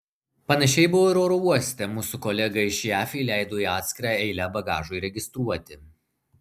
panašiai buvo ir oro uoste mus su kolega iš jav įleido į atskirą eilę bagažui registruoti